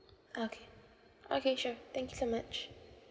okay okay sure thank you so much